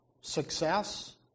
success